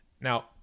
Now